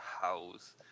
house